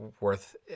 worth